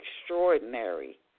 extraordinary